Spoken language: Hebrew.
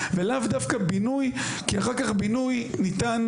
ולאו דווקא בינוי כי אחר כך בינוי ניתן